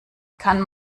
kann